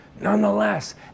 Nonetheless